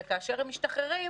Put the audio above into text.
וכאשר הם משתחררים,